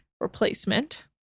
replacement